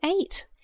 eight